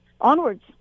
onwards